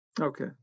Okay